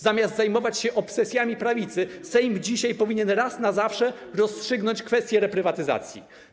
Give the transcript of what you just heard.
Zamiast zajmować się obsesjami prawicy, Sejm dzisiaj powinien raz na zawsze rozstrzygnąć kwestię reprywatyzacji.